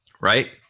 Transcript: Right